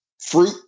fruit